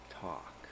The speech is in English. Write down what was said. talk